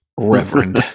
Reverend